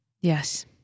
Yes